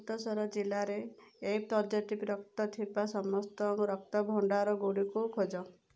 ଅମୃତସର ଜିଲ୍ଲାରେ A positive ରକ୍ତ ଥିବା ସମସ୍ତ ରକ୍ତ ଭଣ୍ଡାରଗୁଡ଼ିକୁ ଖୋଜ